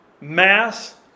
mass